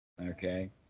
Okay